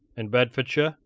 in bedfordshire,